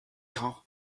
camp